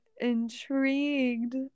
intrigued